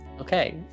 Okay